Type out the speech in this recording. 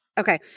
Okay